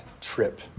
trip